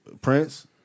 Prince